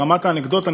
ברמת האנקדוטה,